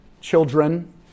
children